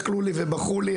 אכלו לי ובכו לי,